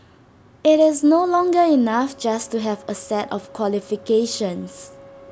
as Singaporeans through and through I believe in the power of food